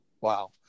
Wow